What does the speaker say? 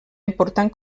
important